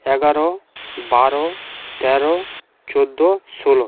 এগারো বারো তেরো চোদ্দো ষোলো